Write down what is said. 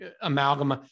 amalgam